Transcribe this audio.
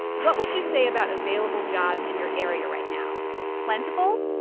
what would you say about available jobs in your area right now plentiful,